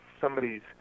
somebody's